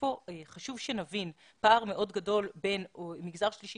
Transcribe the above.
חשוב שנבין שיש כאן פער מאוד בין המגזר השלישי